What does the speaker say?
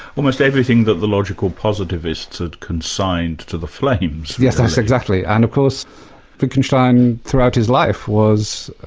almost everything that the logical positivists had consigned to the flames. yes. yes exactly. and of course wittgenstein throughout his life was